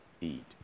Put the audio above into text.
eat